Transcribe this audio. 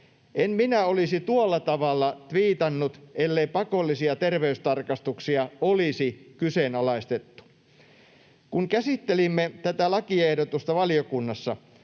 En minä olisi tuolla tavalla tviitannut, ellei pakollisia terveystarkastuksia olisi kyseenalaistettu. Kun käsittelimme tätä lakiehdotusta valiokunnassa,